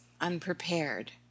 unprepared